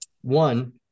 One